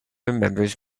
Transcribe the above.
remembers